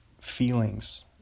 feelings